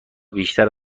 بیشتر